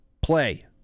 play